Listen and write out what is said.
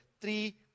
three